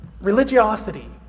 religiosity